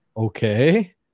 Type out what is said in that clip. Okay